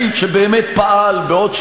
ועדה לא הייתי,